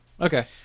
Okay